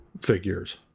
figures